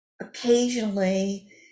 Occasionally